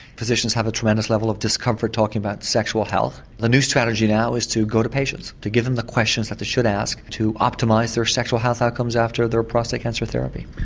physicians have a tremendous level of discomfort talking about sexual health. the new strategy now is to go to patients to give them the questions that they should ask to optimise their sexual health outcomes after their prostate cancer therapy.